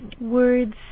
words